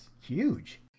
huge